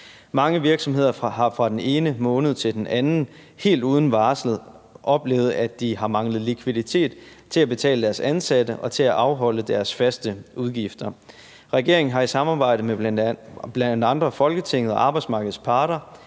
Mange virksomheder har fra den ene måned til den anden helt uden varsel oplevet, at de har manglet likviditet til at betale deres ansatte og til at afholde deres faste udgifter. Regeringen har i samarbejde med bl.a. Folketinget og arbejdsmarkedets parter